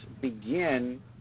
begin